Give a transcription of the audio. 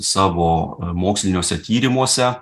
savo moksliniuose tyrimuose